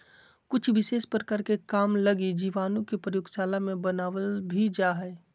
कुछ विशेष प्रकार के काम लगी जीवाणु के प्रयोगशाला मे बनावल भी जा हय